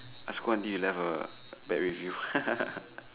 I scold until he left a bad review